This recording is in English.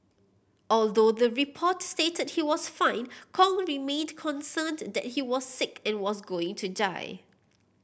although the report stated he was fine Kong remained concerned that he was sick and was going to die